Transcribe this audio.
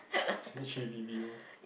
three b_b_o